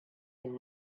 than